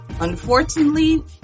Unfortunately